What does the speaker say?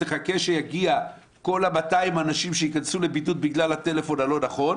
תחכה שיגיעו כל 200 האנשים שייכנסו לבידוד בגלל הטלפון הלא נכון.